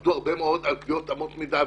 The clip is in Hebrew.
עבדו הרבה מאוד על קביעת אמות מידה,